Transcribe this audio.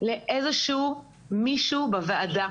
לאיזשהו מישהו בוועדה